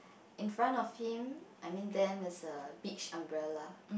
in front of him I mean them there's a beach umbrella